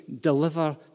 deliver